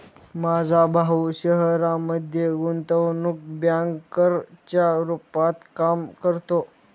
माझा भाऊ शहरामध्ये गुंतवणूक बँकर च्या रूपात काम करतो